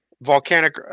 volcanic